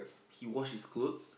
he wash his clothes